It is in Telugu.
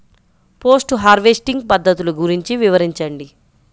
పోస్ట్ హార్వెస్టింగ్ పద్ధతులు గురించి వివరించండి?